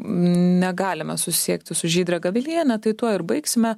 negalime susisiekti su žydre gaveliene tai tuo ir baigsime